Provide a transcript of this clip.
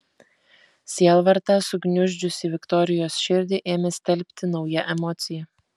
sielvartą sugniuždžiusį viktorijos širdį ėmė stelbti nauja emocija